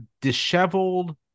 disheveled